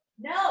No